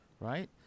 right